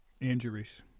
Injuries